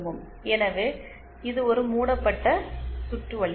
எனவே இது ஒரு மூடப்பட்ட சுற்று வழி